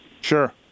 Sure